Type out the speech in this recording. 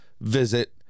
visit